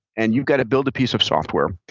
and you've got to build a piece of software.